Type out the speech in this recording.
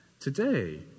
today